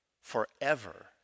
forever